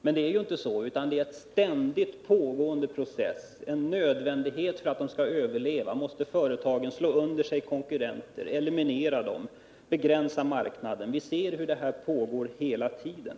Men det är det inte, utan det är en ständigt pågående process. För att företagen skall överleva måste de slå under sig konkurrenter, eliminera dem, behärska marknaden. Vi ser hur detta pågår hela tiden.